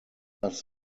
does